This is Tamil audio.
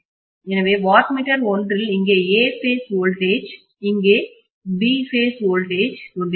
எனவே வாட் மீட்டர் ஒன்றில் இங்கே A பேஸ் வோல்டேஜ்மின்னழுத்தம் இங்கே B பேஸ் வோல்டேஜ்மின்னழுத்தத்தைக் கொண்டிருக்கிறேன்